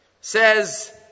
Says